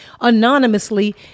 anonymously